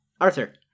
Arthur